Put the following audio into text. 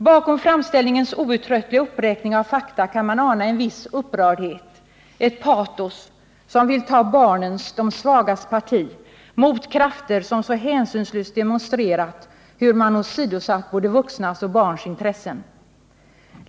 Bakom framställningens outtröttliga uppräkning av fakta kan man ana en viss upprördhet, ett patos som vill ta barnens, de svagas, parti mot krafter som så hänsynslöst demonstrerat hur man åsidosatt både vuxnas och barns intressen.